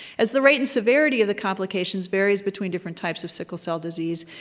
as the rate and severity of the complications varies between different types of sickle cell disease,